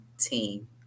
team